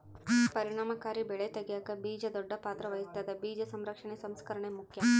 ಪರಿಣಾಮಕಾರಿ ಬೆಳೆ ತೆಗ್ಯಾಕ ಬೀಜ ದೊಡ್ಡ ಪಾತ್ರ ವಹಿಸ್ತದ ಬೀಜ ಸಂರಕ್ಷಣೆ ಸಂಸ್ಕರಣೆ ಮುಖ್ಯ